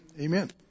Amen